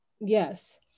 yes